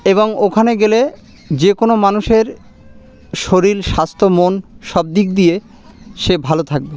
এবং ওখানে গেলে যে কোনো মানুষের শরীর স্বাস্থ্য মন সব দিক দিয়ে সে ভালো থাকবে